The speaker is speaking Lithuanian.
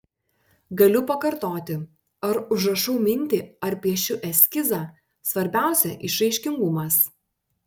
galiu pakartoti ar užrašau mintį ar piešiu eskizą svarbiausia išraiškingumas